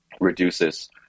reduces